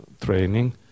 training